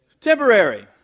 temporary